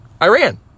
Iran